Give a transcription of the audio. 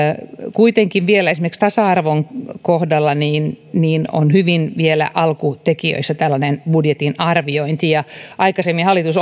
kuitenkin esimerkiksi tasa arvon kohdalla on vielä hyvin alkutekijöissä tällainen budjetin arviointi ja aikaisemmin hallitus